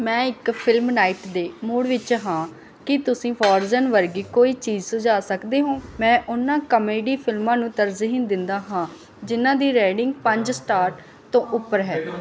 ਮੈਂ ਇੱਕ film night ਦੇ ਮੂਡ ਵਿੱਚ ਹਾਂ ਕੀ ਤੁਸੀਂ ਫ੍ਰੋਜ਼ਨ ਵਰਗੀ ਕੋਈ ਚੀਜ਼ ਸੁਝਾ ਸਕਦੇ ਹੋ ਮੈਂ ਉਹਨਾਂ ਕਾਮੇਡੀ ਫਿਲਮਾਂ ਨੂੰ ਤਰਜੀਹ ਦਿੰਦਾ ਹਾਂ ਜਿਨ੍ਹਾਂ ਦੀ ਰੇਟਿੰਗ ਪੰਜ ਸਟਾਰ ਤੋਂ ਉੱਪਰ ਹੈ